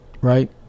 right